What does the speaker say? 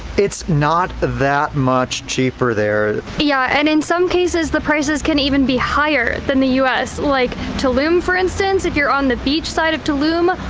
it's not that much cheaper there. yeah and in some cases the prices can even be higher than the us, like tulum for instance, if you're on the beach side of tulum,